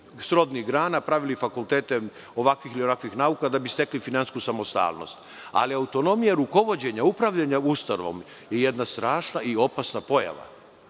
srodnih grana, pravili fakultete ovakvih ili onakvih nauka da bi stekli finansijsku samostalnost, ali autonomija rukovođenja, upravljanja ustanovom je jedna strašna i opasna pojava. Vi